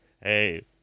hey